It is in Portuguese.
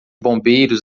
bombeiros